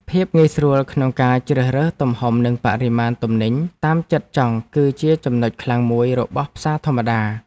ភាពងាយស្រួលក្នុងការជ្រើសរើសទំហំនិងបរិមាណទំនិញតាមចិត្តចង់គឺជាចំណុចខ្លាំងមួយរបស់ផ្សារធម្មតា។